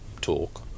talk